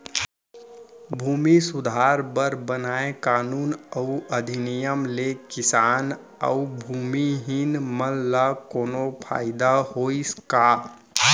भूमि सुधार बर बनाए कानून अउ अधिनियम ले किसान अउ भूमिहीन मन ल कोनो फायदा होइस?